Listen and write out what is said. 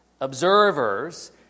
Observers